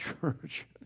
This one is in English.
church